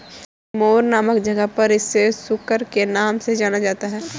Timor नामक जगह पर इसे सुकर के नाम से जाना जाता है